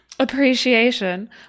appreciation